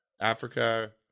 Africa